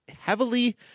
heavily